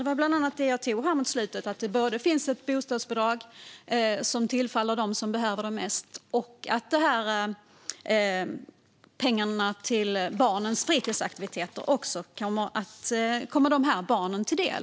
Det var bland annat det jag nämnde här på slutet, att det både finns ett bostadsbidrag som tillfaller dem som behöver det mest och att pengarna till barns fritidsaktiviteter kommer de här barnen till del.